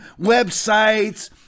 websites